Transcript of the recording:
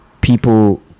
people